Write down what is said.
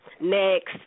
Next